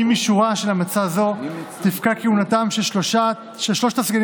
המשפחה שלו בדאגה גדולה